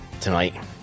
tonight